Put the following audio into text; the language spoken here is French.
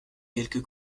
quelques